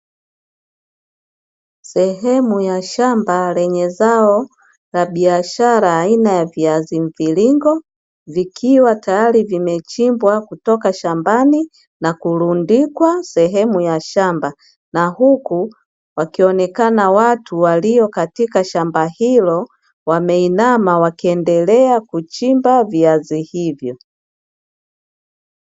Sehemu ya shamba lenye zao la biashara aina ya viazi mviringo, vikiwa tayari vimechinbwa kutoka shambani na kurundikwa sehemu ya shamba, na huku wakionekana watu walio katika shamba hilo wameinama, wakiendelea kuchimba viazi hivyo.